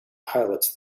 pilots